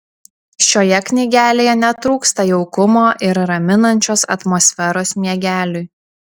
šioje knygelėje netrūksta jaukumo ir raminančios atmosferos miegeliui